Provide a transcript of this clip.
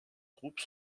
groupe